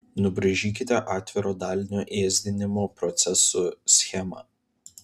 nubraižykite atviro dalinio ėsdinimo proceso schemą